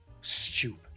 Stupid